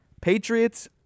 Patriots